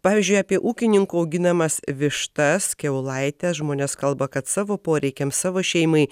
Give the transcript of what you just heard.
pavyzdžiui apie ūkininkų auginamas vištas kiaulaites žmonės kalba kad savo poreikiams savo šeimai